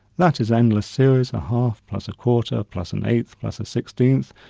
that is endless series a half, plus a quarter, plus an eighth, plus a sixteenth,